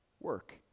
work